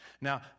Now